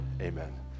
Amen